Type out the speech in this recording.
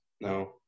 no